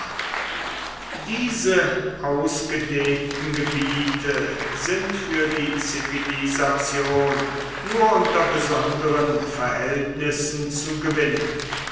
diese ausgedehnten gebiete sind für die zivilisation nur unter besonderen verhältnissen zu gewinnen